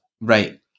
Right